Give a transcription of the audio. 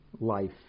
life